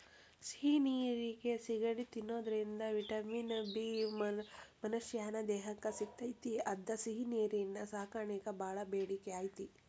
ಸಿಹಿ ನೇರಿನ ಸಿಗಡಿ ತಿನ್ನೋದ್ರಿಂದ ವಿಟಮಿನ್ ಬಿ ಮನಶ್ಯಾನ ದೇಹಕ್ಕ ಸಿಗ್ತೇತಿ ಅದ್ಕ ಸಿಹಿನೇರಿನ ಸಾಕಾಣಿಕೆಗ ಬಾಳ ಬೇಡಿಕೆ ಐತಿ